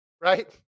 right